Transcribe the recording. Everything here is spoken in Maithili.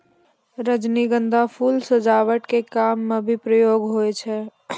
रजनीगंधा फूल सजावट के काम मे भी प्रयोग हुवै छै